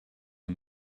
and